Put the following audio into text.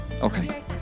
Okay